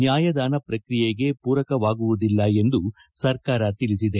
ನ್ವಾಯದಾನ ಪ್ರಕ್ರಿಯೆಗೆ ಮೂರಕವಾಗುವುದಿಲ್ಲ ಎಂದು ಸರ್ಕಾರ ತಿಳಿಸಿದೆ